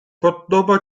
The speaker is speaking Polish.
podoba